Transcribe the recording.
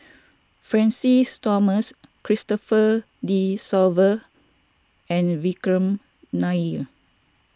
Francis Thomas Christopher De Souza and Vikram Nair